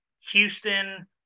Houston